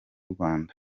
rwanda